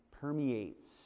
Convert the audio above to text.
permeates